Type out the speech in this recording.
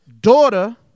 daughter